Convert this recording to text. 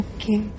Okay